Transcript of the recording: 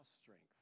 strength